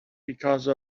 because